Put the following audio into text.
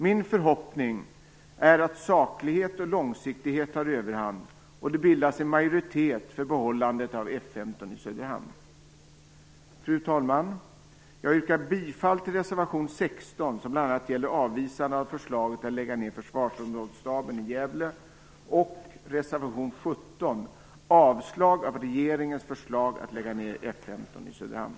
Min förhoppning är att saklighet och långsiktighet tar överhand och det bildas en majoritet för behållandet av F 15 i Söderhamn. Fru talman! Jag yrkar bifall till reservation 16, som bl.a. gäller avvisande av förslaget att lägga ned försvarsområdesstaben i Gävle och reservation 17 som innebär avslag av regeringens förslag till att lägga ned F 15 i Söderhamn.